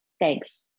thanks